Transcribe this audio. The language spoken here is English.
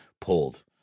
pulled